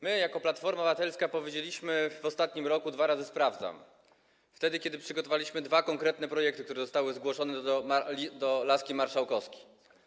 My jako Platforma Obywatelska powiedzieliśmy w ostatnim roku dwa razy „sprawdzam”, wtedy kiedy przygotowaliśmy dwa konkretne projekty, które zostały złożone do laski marszałkowskiej.